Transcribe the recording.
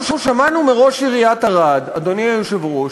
אנחנו שמענו מראש עיריית ערד, אדוני היושב-ראש,